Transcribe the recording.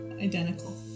identical